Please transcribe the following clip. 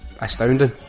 astounding